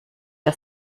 der